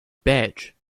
badge